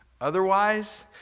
Otherwise